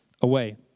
away